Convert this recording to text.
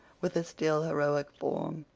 with a still, heroic form,